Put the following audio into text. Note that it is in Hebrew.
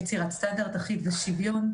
יצירת סטנדרט אחיד ושוויוני,